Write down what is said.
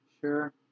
Sure